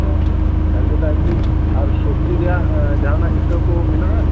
ᱚ ᱟᱨ ᱤᱧ ᱞᱟᱹᱭ ᱮᱫᱟ ᱮᱢᱱᱤ ᱟᱨ ᱥᱚᱵᱽᱡᱤ ᱨᱮᱭᱟᱜ ᱡᱟᱦᱟᱱᱟᱜ ᱤᱛᱟᱹ ᱠᱚ ᱦᱮᱱᱟᱜᱼᱟ